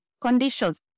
conditions